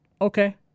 Okay